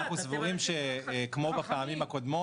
אתם --- אנחנו סבורים שכמו בפעמים הקודמות